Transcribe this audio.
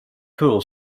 pool